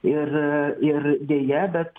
ir ir deja bet